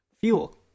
Fuel